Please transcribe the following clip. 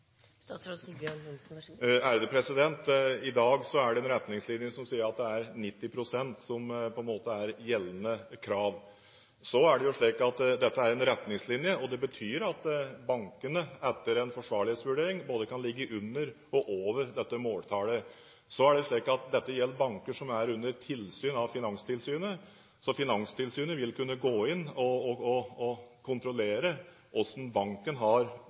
I dag er det en retningslinje som sier at det er 90 pst. som på en måte er gjeldende krav. Dette er en retningslinje, og det betyr at bankene etter en forsvarlighetsvurdering kan ligge både under og over dette måltallet. Dette gjelder banker som er under tilsyn av Finanstilsynet, så Finanstilsynet vil kunne gå inn og kontrollere hvordan banken for det første har satt opp denne forsvarlighetsvurderingen, om den er forankret i de styrende organer, og hvordan en rent faktisk har